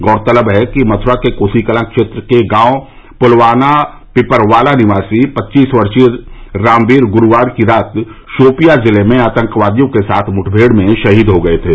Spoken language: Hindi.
गौरतलब है कि मथुरा के कोसीकलां क्षेत्र के गांव पुलवाना पिपरवाला निवासी पच्चीस वर्षीय रामवीर गुरूवार की रात शोपियां जिले में आतंकवादियों से मुठभेड़ में शहीद हो गये थे